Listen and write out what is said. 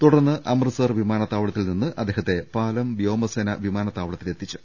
തുടർന്ന് അമൃത്സർ വിമാനത്താവളത്തിൽ നിന്ന് അദ്ദേഹത്തെ പാലം വ്യോമസേനാ വിമാനത്താവളത്തിലെത്തിച്ചു